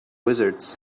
wizards